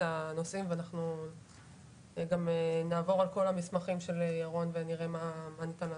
הנושאים ואנחנו גם נעבור על כל המסמכים של ירון ונראה מה ניתן לעשות.